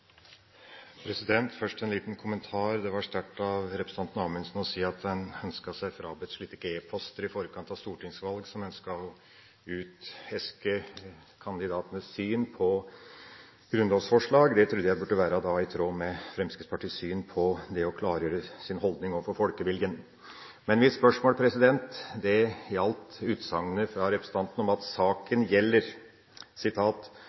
replikkordskifte. Først en liten kommentar: Det var sterkt av representanten Anundsen å si at en ønsker seg frabedt e-poster i forkant av stortingsvalg som ønsker å uteske kandidatenes syn på grunnlovsforslag. Det trodde jeg burde være i tråd med Fremskrittspartiets syn på det å klargjøre sin holdning overfor folkeviljen. Men mitt spørsmål gjaldt utsagnet fra representanten om at